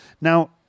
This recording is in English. Now